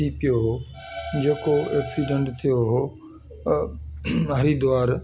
थी पियो हुहो जेको एक्सीडेंट थियो हुहो अ हरिद्वार